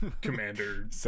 commander